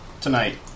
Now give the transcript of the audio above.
tonight